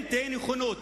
אם תהיה נכונות,